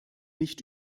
nicht